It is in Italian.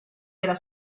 della